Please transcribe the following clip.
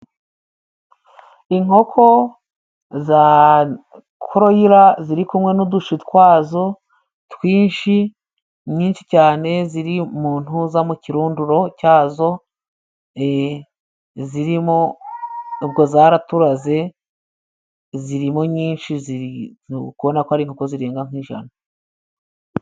Inkoko za koloyira ziri kumwe n'udushi twazo twinshi nyinshi cyane ziri mu ntuza mu kirunduro cyazo e zirimo ubwo zaraturaze zirimo nyinshi ziri uri kubona ko ari inkoko zirenga nk'ijana.